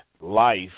life